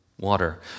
Water